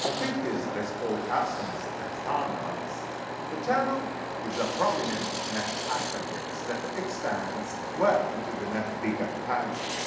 on fifty s les paul customs and standards the tenon is a prominent neck appendix that extends well into the neck pickup cavity.